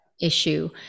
issue